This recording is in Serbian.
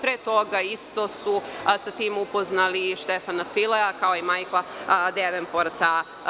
Pre toga su sa tim upoznali i Štefana Filea, kao i Majkla Devenporta.